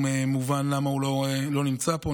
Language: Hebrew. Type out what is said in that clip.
מובן למה הוא לא נמצא פה,